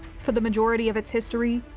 for the majority of its history,